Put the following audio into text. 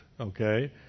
okay